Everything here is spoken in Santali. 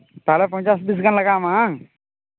ᱛᱟᱦᱞᱮ ᱯᱚᱧᱪᱟᱥ ᱯᱤᱥ ᱜᱟᱱ ᱞᱟᱜᱟᱣ ᱢᱮᱭᱟ ᱵᱟᱝ